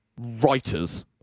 writers